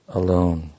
alone